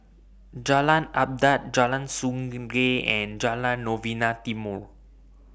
Jalan Adat Jalan Sungei and Jalan Novena Timor